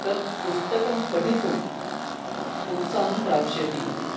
तत् पुस्तकं पठितुम् उत्साहं प्राप्स्यन्ति इति